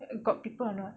got people or not